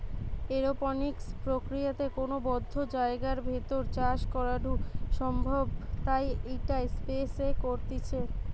aeroponics প্রক্রিয়াতে কোনো বদ্ধ জায়গার ভেতর চাষ করাঢু সম্ভব তাই ইটা স্পেস এ করতিছে